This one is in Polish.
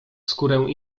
skórę